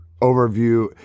overview